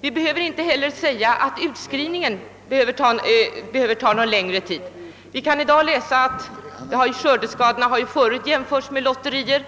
Inte heller behöver utskrivningen ta någon längre tid. Skördeskadorna har ju förut jämförts med lotterier.